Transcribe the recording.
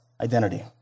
Identity